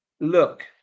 look